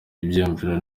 ibyiyumviro